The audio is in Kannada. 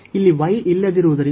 ಇಲ್ಲಿ y ಇಲ್ಲದಿರುವುದರಿಂದ